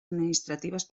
administratives